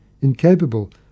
incapable